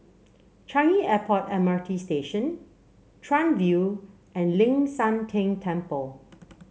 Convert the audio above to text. Changi Airport M R T Station Chuan View and Ling San Teng Temple